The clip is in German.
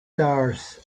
stars